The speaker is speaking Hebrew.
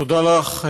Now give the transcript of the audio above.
לך,